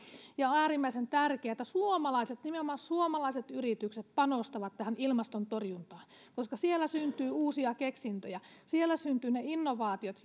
ja on äärimmäisen tärkeää että suomalaiset nimenomaan suomalaiset yritykset panostavat ilmastonmuutoksen torjuntaan koska siellä syntyy uusia keksintöjä siellä syntyvät ne innovaatiot